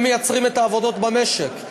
הם מייצרים את העבודות במשק,